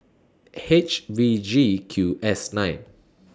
H V G Q S nine